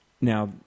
Now